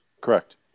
Correct